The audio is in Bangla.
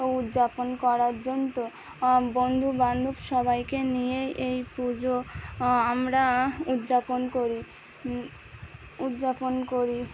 উদযাপন করার জন্য বন্ধু বান্ধব সবাইকে নিয়েই এই পুজো আমরা উদযাপন করি উদযাপন করি